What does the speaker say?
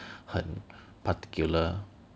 很 particular